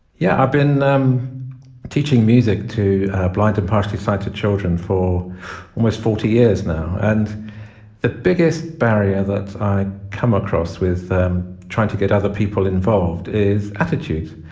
yeah, i've been um teaching music to blind and partially sighted children for almost forty yrs now. and the biggest barrier that i come across with trying to get other people involved is attitudes.